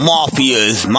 Mafia's